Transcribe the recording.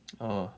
!huh!